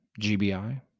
GBI